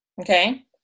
okay